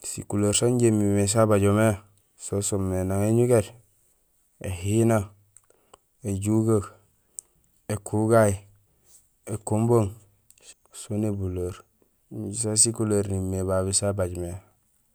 Sikuleer saan injé imimé sabajomé, so soomé nang éñugéét, éhina, éjugeek, ékugay, ékombong, soon ébuleer, injé sasu sikuleer nimimé babé sa baaj mé.